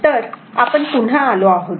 तर आपण पुन्हा आलो आहोत